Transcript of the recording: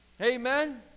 Amen